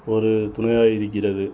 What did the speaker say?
ஒரு துணையாக இருக்கிறது